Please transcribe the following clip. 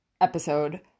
episode